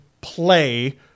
play